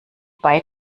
zwei